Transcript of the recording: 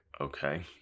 okay